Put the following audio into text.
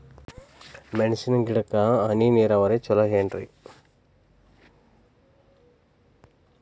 ಮೆಣಸಿನ ಗಿಡಕ್ಕ ಹನಿ ನೇರಾವರಿ ಛಲೋ ಏನ್ರಿ?